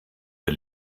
der